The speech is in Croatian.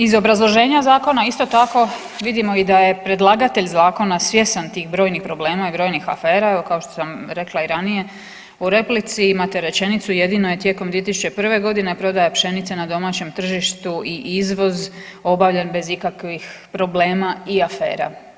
Iz obrazloženja zakona isto tako vidimo da je predlagatelj zakona svjestan tih brojnih problema i brojnih afera i evo kao što sam rekla i ranije u replici imate rečenicu, jedino je tijekom 2001.g. prodaja pšenice na domaćem tržištu i izvoz obavljen bez ikakvih problema i afera.